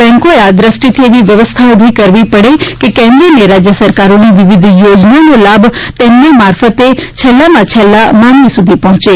બેન્કોએ આ દ્રષ્ટિથી એવી વ્યવસ્થાઓ ઊભી કરવી પડે કે કેન્દ્ર રાજ્ય સરકારોની વિવિધ યોજનાઓનો લાભ તેમના મારફતે છેલ્લામાં છેલ્લા માનવી સુધી પહોચે